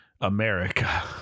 America